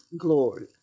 glory